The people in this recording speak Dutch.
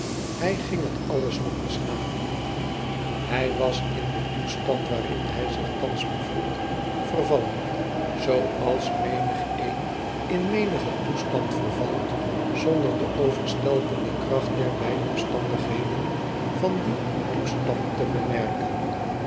hij ging het alles nog eens na hij was in den toestand waarin hij zich thans bevond vervallen zooals menigeen in menigen toestand vervalt zonder de overstelpende kracht der bijomstandigheden van dien toestand te bemerken